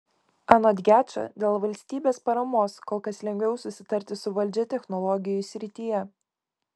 anot gečo dėl valstybės paramos kol kas lengviau susitarti su valdžia technologijų srityje